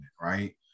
right